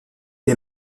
est